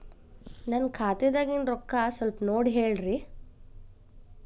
ನನ್ನ ಖಾತೆದಾಗಿನ ರೊಕ್ಕ ಸ್ವಲ್ಪ ನೋಡಿ ಹೇಳ್ರಿ